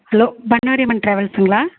hello பண்ணாரிஅம்மன் ட்ராவல்ஸுங்களா